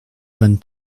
vingt